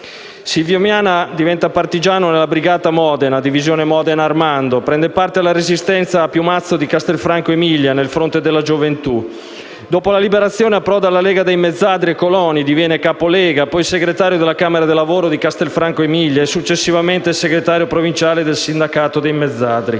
Silvio Miana diventa partigiano nella brigata Modena, divisione Modena Armando, prende parte alla Resistenza a Piumazzo di Castelfranco Emilia, nel Fronte della gioventù. Dopo la Liberazione, approda alla Lega dei mezzadri e coloni, diviene capo Lega, poi segretario della camera del lavoro di Castelfranco Emilia, e successivamente segretario provinciale del sindacato dei mezzadri.